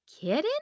Kitten